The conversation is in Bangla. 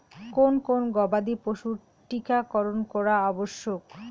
কোন কোন গবাদি পশুর টীকা করন করা আবশ্যক?